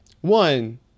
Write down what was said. One